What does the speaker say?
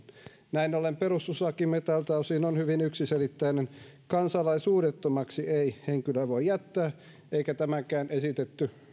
näin ollen perustuslakimme tältä osin on hyvin yksiselitteinen kansalaisuudettomaksi ei henkilöä voi jättää eikä tämäkään esitetty